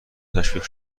تشویق